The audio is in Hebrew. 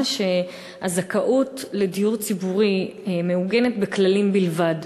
שהזכאות לדיור ציבורי מעוגנת בכללים בלבד